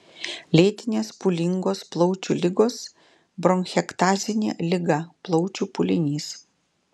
lėtinės pūlingos plaučių ligos bronchektazinė liga plaučių pūlinys